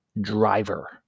driver